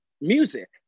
music